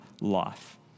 life